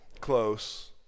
close